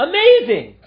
Amazing